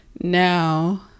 now